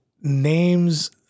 names